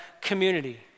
community